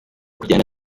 kugirana